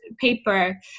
paper